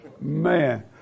Man